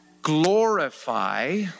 glorify